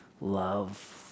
love